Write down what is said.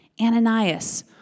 Ananias